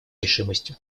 решимостью